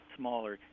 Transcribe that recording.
smaller